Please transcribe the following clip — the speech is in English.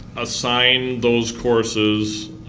assign those courses,